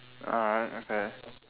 alright okay